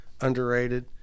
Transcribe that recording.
underrated